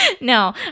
no